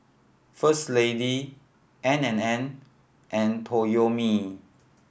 First Lady N and N and Toyomi